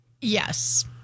Yes